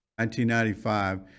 1995